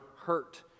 hurt